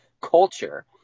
culture